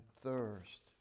thirst